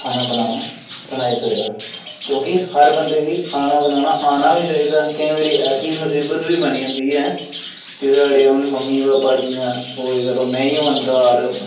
खाना बनाना बनाई सकदा क्योंकि हर बंदे गी खाना बनाना औना गै चाही दा केईं बारी ऐसी मुसीबत बी बनी जंदी ऐ कि साढ़े हुन मम्मी पापा जि'यां सप्पोज करो नेईं होन घर